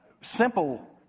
simple